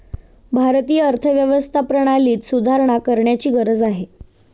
भारतीय अर्थव्यवस्था प्रणालीत सुधारणा करण्याची गरज आहे